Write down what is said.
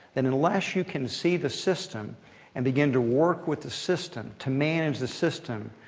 that unless you can see the system and begin to work with the system, to manage the system,